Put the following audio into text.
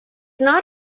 not